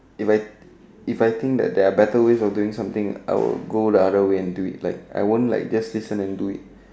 if I if I think that there are better ways of doing something I will go the other way and do it like I won't like just listen to it